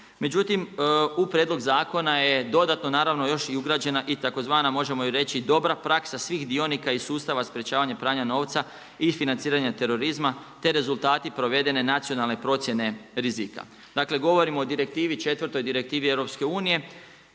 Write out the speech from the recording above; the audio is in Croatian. Međutim, u prijedlogu zakona je dodatno naravno još i ugrađena i tzv., možemo reći dobra praksa svih dionika iz sustava sprječavanja pranja novca i financiranja terorizma, te rezultati provedene nacionalne procjene rizika. Dakle, govorimo o Direktivni